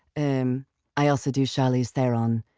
and i also do charlize theron.